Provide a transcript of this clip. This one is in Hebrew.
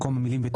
במקום המילים,